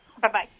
Bye-bye